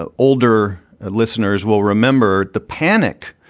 ah older listeners will remember the panic,